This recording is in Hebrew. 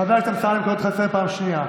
חבר הכנסת אמסלם, אני קורא אותך לסדר פעם ראשונה.